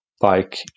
bike